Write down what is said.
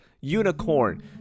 UNICORN